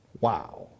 Wow